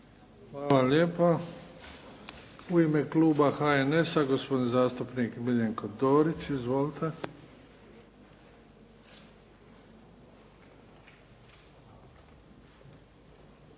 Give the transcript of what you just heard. Hvala lijepa. U ime kluba HNS-a, gospodin zastupnik Miljenko Dorić. Izvolite.